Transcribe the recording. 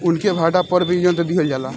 उनके भाड़ा पर भी यंत्र दिहल जाला